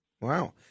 Wow